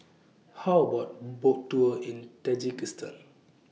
How about A Boat Tour in Tajikistan